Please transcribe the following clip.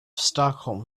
stockholm